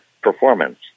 performance